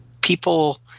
People